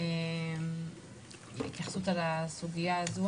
אשמח להתייחסות לסוגיה הזאת,